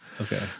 Okay